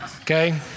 okay